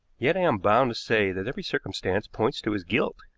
yet i am bound to say that every circumstance points to his guilt.